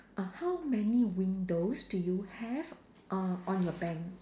uh how many windows do you have uh on your bank